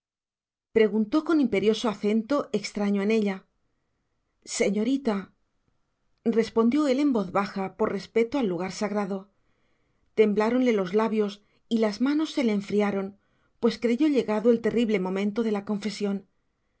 preguntó con imperioso acento extraño en ella señorita respondió él en voz baja por respeto al lugar sagrado tembláronle los labios y las manos se le enfriaron pues creyó llegado el terrible momento de la confesión